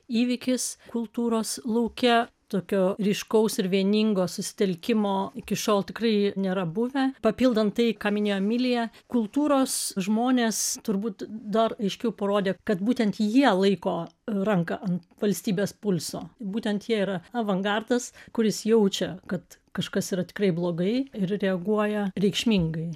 įvykis kultūros lauke tokio ryškaus ir vieningo susitelkimo iki šiol tikrai nėra buvę papildant tai ką minėjo emilija kultūros žmonės turbūt dar aiškiau parodė kad būtent jie laiko ranką ant valstybės pulso būtent jie yra avangardas kuris jaučia kad kažkas yra tikrai blogai ir reaguoja reikšmingai